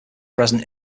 present